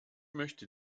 möchte